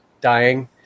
dying